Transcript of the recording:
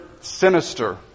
sinister